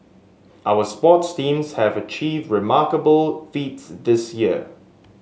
our sports teams have achieved remarkable feats this year